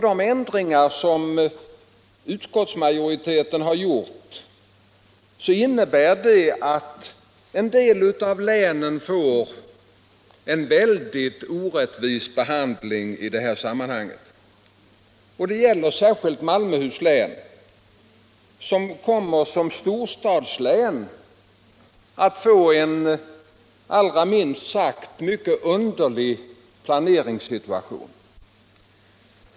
De ändringar som utskottsmajoriteten har gjort innebär att en del av länen får en väldigt orättvis behandling i detta sammanhang. Det gäller särskilt Malmöhus län, som såsom storstadslän kommer att få en minst sagt underlig planeringssituation.